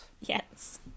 Yes